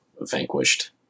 Vanquished